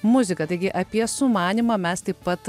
muziką taigi apie sumanymą mes taip pat